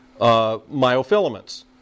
myofilaments